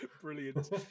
Brilliant